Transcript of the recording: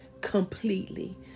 completely